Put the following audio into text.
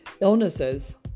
illnesses